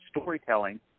storytelling